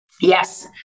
Yes